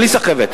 בלי סחבת.